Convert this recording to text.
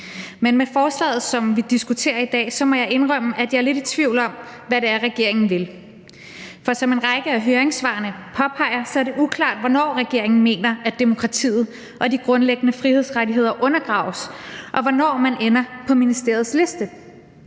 Men med forslaget, som vi diskuterer i dag, må jeg indrømme, at jeg er lidt i tvivl om, hvad det er, regeringen vil. For som en række af høringssvarene påpeger, er det uklart, hvornår regeringen mener, at demokratiet og de grundlæggende frihedsrettigheder undergraves, og hvornår man ender på ministeriets liste.